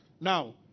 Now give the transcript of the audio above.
Now